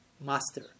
master